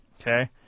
okay